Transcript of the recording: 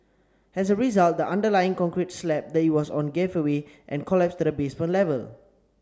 as a result the underlying concrete slab that it was on gave way and collapsed to the basement level